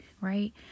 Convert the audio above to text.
right